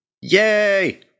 Yay